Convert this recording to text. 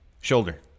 Shoulder